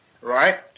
right